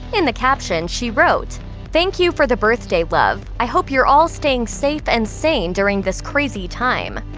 in the caption, she wrote thank you for the birthday love. i hope you're all staying safe and sane during this crazy time.